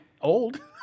old